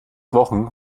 wochen